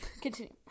continue